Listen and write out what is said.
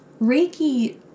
Reiki